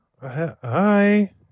Hi